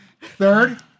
Third